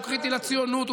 הוא קריטי לציונות,